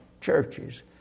churches